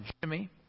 Jimmy